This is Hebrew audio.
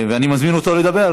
אני מזמין אותו לדבר.